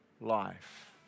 life